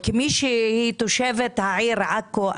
כתושבת העיר עכו,